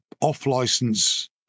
off-license